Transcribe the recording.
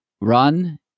run